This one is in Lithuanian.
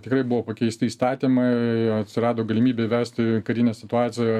tikrai buvo pakeisti įstatymai atsirado galimybė įvesti karinę situaciją